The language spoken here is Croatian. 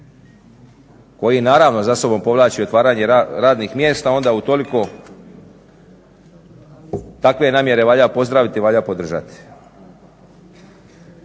koji naravno za sobom povlači otvaranje radnih mjesta onda utoliko takve namjere valja pozdraviti i valja podržati.